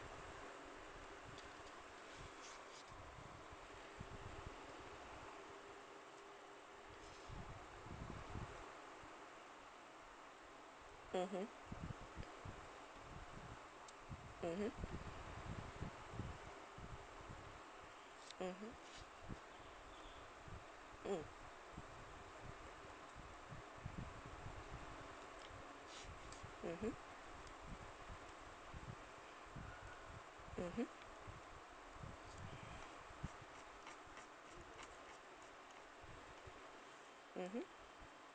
mmhmm mmhmm mmhmm mm mmhmm mmhmm mmhmm